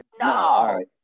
no